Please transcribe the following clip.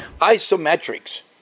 Isometrics